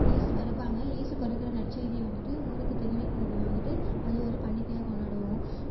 ஏசு பிறப்பாங்க ஏசு பிறக்குற நற்செய்தியை வந்துட்டு ஊருக்கு தெரிவிக்குக்கிறது வந்துட்டு அது ஒரு பண்டிகையாக கொண்டாடுவோம்